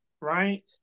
right